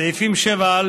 סעיפים 7א